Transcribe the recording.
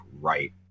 right